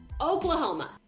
Oklahoma